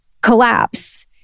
collapse